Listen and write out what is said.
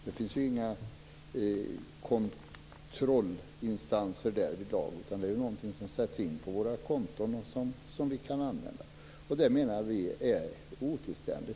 Det finns ju inga kontrollinstanser därvidlag, utan den sätts ju in på våra konton, och vi kan använda den. Det menar vi är otillständigt.